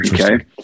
Okay